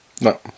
No